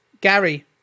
Gary